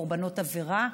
קורבנות עבירה.